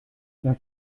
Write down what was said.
der